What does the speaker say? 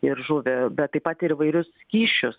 ir žuvį bet taip pat ir įvairius skysčius